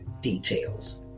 details